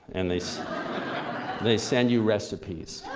and they so they send you recipes.